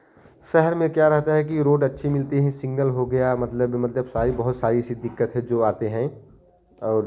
शहर में क्या रहता है कि रोड अच्छी मिलती है सिग्नल हो गया मतलब मतलब सारी बहुत सारी सी दिक्कतें जो आते हैं और